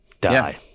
die